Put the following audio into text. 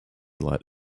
let